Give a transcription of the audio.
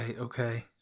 okay